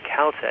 Caltech